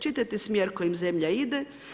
Čitate smjer kojim zemlja ide.